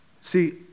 See